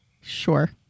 Sure